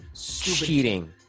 Cheating